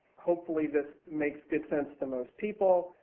hopefully, this makes good sense to most people.